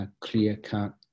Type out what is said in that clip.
clear-cut